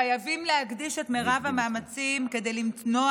חייבים להקדיש את מרב המאמצים כדי למנוע